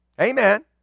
Amen